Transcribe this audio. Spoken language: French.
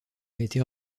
été